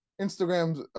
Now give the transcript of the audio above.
Instagram's